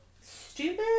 stupid